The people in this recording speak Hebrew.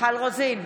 מיכל רוזין,